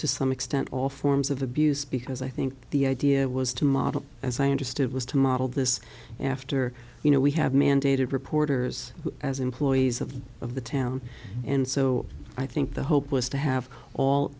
to some extent all forms of abuse because i think the idea was to model as i understood was to model this after you know we have mandated reporters as employees of of the town and so i think the hope was to have all